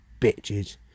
bitches